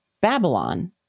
Babylon